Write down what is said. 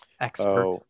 Expert